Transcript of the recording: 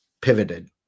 pivoted